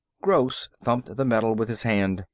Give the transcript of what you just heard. gross thumped the metal with his hand.